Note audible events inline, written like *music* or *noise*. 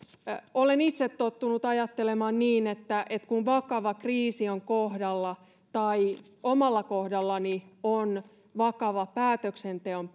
olen itse tottunut ajattelemaan niin että kun vakava kriisi on kohdalla tai omalla kohdallani on vakava päätöksenteon *unintelligible*